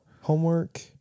Homework